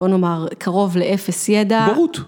בוא נאמר: קרוב לאפס ידע. בורות.